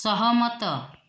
ସହମତ